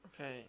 Okay